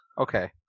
Okay